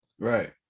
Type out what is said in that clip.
Right